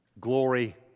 Glory